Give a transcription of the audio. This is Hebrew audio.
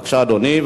בבקשה, אדוני.